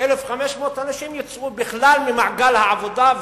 1,500 אנשים יצאו בכלל ממעגל העבודה.